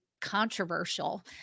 controversial